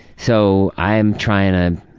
so i'm trying to